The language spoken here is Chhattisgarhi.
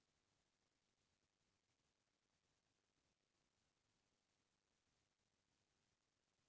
जेन गाय हर भागत रइथे, बरदी म घलौ नइ रहय वोला हरही गाय कथें